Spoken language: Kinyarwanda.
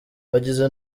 bagize